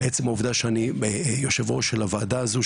עצם העובדה שאני יושב-ראש של הוועדה הזאת,